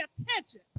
attention